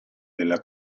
della